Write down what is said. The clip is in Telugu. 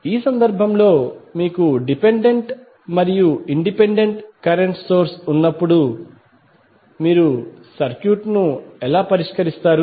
కాబట్టి ఈ సందర్భంలో మీకు డిపెండెంట్ మరియు ఇండిపెండెంట్ కరెంట్ సోర్స్ ఉన్నప్పుడు మీరు సర్క్యూట్ ను ఎలా పరిష్కరిస్తారు